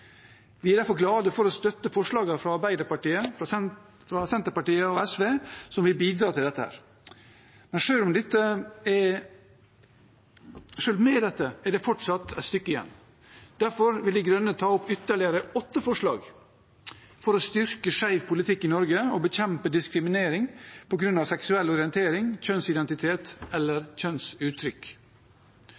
Vi er derfor glade for å støtte forslagene fra Arbeiderpartiet, fra Senterpartiet og fra SV, som vil bidra til dette. Men selv med dette er det fortsatt et stykke igjen. Derfor vil De Grønne ta opp ytterligere åtte forslag for å styrke skeiv politikk i Norge og bekjempe diskriminering på grunn av seksuell orientering, kjønnsidentitet eller kjønnsuttrykk.